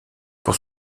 pour